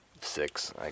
six